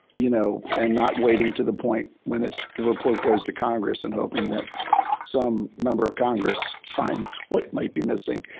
you know, and not waiting to the point when it's the report goes to congress and hoping that some member of congress finds what might be missing.